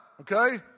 okay